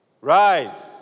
Rise